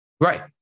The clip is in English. Right